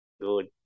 good